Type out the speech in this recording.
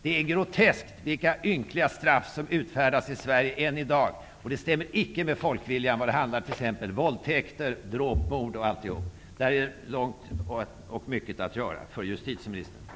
Det är groteskt att det utfärdas så ynkliga straff i Sverige än i dag. De överensstämmer icke med folkviljan när det t.ex. gäller våldtäkter, dråp och mord. Där finns det mycket att göra för justitieministern. Tack.